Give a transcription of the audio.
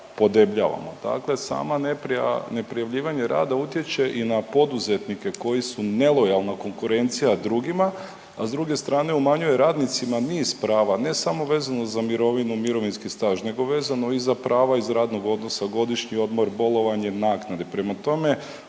podebljavamo. Dakle sama neprijavljivanje rada utječe i na poduzetnike koji su nelojalna konkurencija drugima, a s druge strane umanjuje radnicima niz prava, ne samo vezano za mirovinu, mirovinski staž nego vezano i za prava iz radnog odnosa, godišnji odmor, bolovanje, naknade.